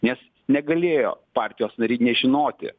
nes negalėjo partijos nariai nežinoti